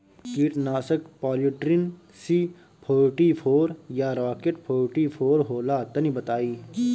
कीटनाशक Polytrin C forty four या Rocket forty four होला तनि बताई?